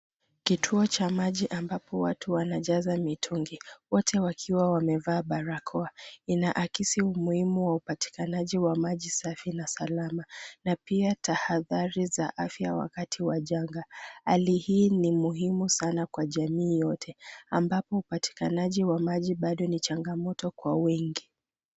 Kituo cha maji ambapo watu wanajaza mitungi, wote wakiwa wamevaa barakoa. Inaakisi umuhimu wa upatikanaji wa maji safi na salama na pia tahadhari za afya wakati wa janga. Hali hii ni muhimu sana kwa jamii yote, ambapo upatikanaji wa maji bado ni changamoto kwa wengi.